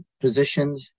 positioned